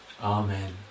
Amen